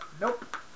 Nope